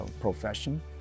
profession